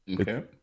Okay